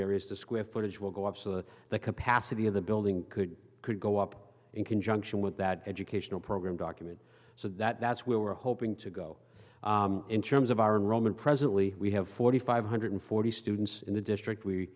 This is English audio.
areas the square footage will go up so the capacity of the building could could go up in conjunction with that educational program document so that that's where we're hoping to go in terms of our enrollment presently we have forty five hundred forty students in the district we